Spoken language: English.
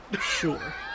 sure